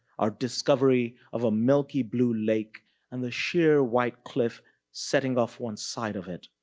our discovery of a milky blue lake and the sheer white cliff setting off one side of it.